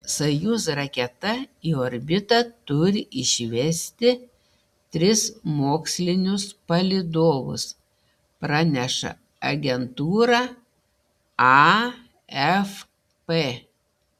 sojuz raketa į orbitą turi išvesti tris mokslinius palydovus praneša agentūra afp